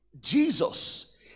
jesus